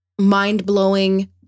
mind-blowing